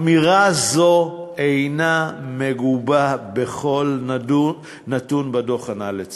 אמירה זו אינה מגובה בכל נתון בדוח הנ"ל,